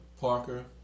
Parker